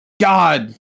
God